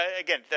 again